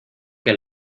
que